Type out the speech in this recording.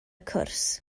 cwrs